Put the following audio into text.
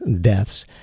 deaths